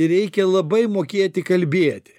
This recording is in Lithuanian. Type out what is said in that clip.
reikia labai mokėti kalbėti